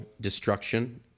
destruction